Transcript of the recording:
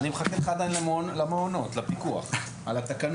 אני עדיין מחכה לך על הפיקוח על המעונות.